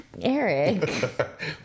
Eric